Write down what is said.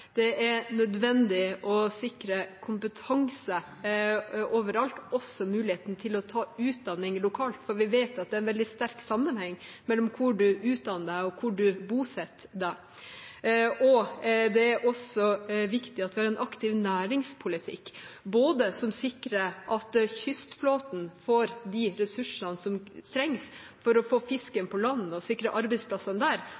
Det er nødvendig å sikre kompetanse overalt, også muligheten til å ta utdanning lokalt, for vi vet at det er en veldig sterk sammenheng mellom hvor man utdanner seg, og hvor man bosetter seg. Det er også viktig at vi har en aktiv næringspolitikk, som både sikrer at kystflåten får de ressursene som trengs for å få fisken på land, og sikrer arbeidsplassene der,